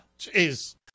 Jeez